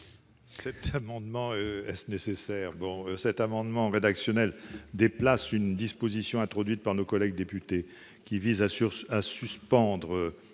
Cet amendement rédactionnel déplace une disposition, introduite par nos collègues députés, visant à suspendre,